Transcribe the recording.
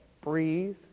breathe